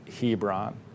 Hebron